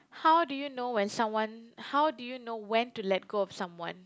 how do you know when someone how do you know when to let go of someone